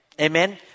Amen